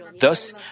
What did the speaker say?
Thus